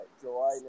July